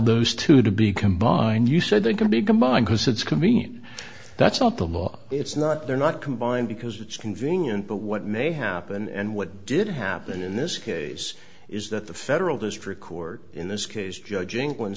those two to be combined you said they could be combined because it's convenient that's not the law it's not there not combined because it's convenient but what may happen and what did happen in this case is that the federal district court in this case judg